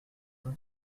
them